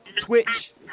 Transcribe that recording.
Twitch